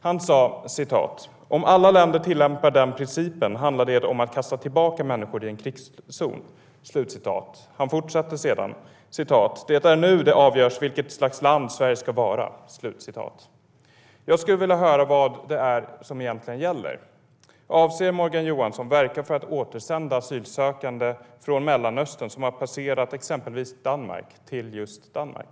Han sa: "Om alla länder tillämpar den principen handlar det om att kasta tillbaka människor i en krigszon." Han fortsatte: "Det är nu det avgörs vilket slags land Sverige ska vara." Vad är det som gäller egentligen? Avser Morgan Johansson att verka för att återsända asylsökande från Mellanöstern som har passerat exempelvis Danmark till just Danmark?